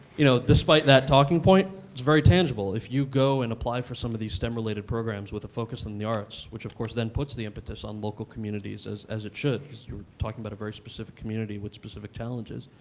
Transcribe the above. you know, despite that talking point, it's very tangible. if you go and apply for some of these stem-related programs with a focus in the arts, which of course then puts the impetus on local communities, as as it should, because you were talking about a very specific community with specific challenges,